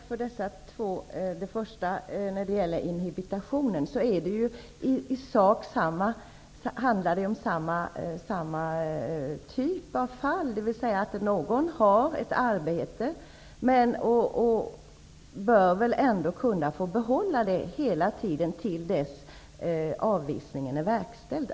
Fru talman! Tack för svaren på mina två frågor. Även när det gäller inhibitionen handlar det om samma typ av fall. Någon som har ett arbete bör väl kunna få behålla det tills dess att avvisningen skall verkställas.